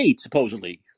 supposedly